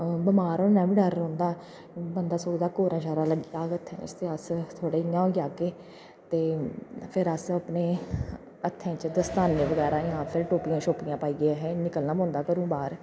ओह् बमार होने दा बी डर रौंह्दा बंदा सोचदा कोरा शोरा लग्गी जाह्ग हत्थें ते अस थोह्ड़े इ'यां होई जाह्गे ते फिर अस अपने हत्थें च दस्ताने बगैरा जां फिर टोपियां शोपियां पाइयै असें निकलना पौंदा घरूं बाह्र